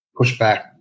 pushback